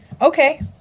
okay